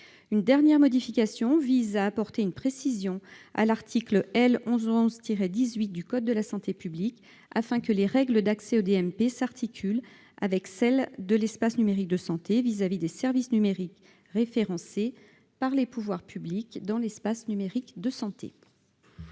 Une dernière modification tend à apporter une précision à l'article L. 1111-18 du code de la santé publique, afin que les règles d'accès au DMP s'articulent avec celles de l'espace numérique de santé à l'égard des services numériques référencés par les pouvoirs publics dans l'espace numérique de santé.